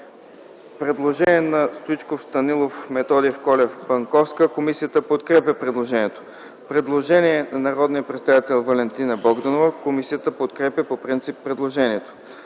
Предложение на Стоичков, Станилов, Методиев, Колев и Банковска. Комисията подкрепя предложението. Предложение на народния представител Валентина Богданова. Комисията подкрепя по принцип предложението.